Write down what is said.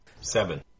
Seven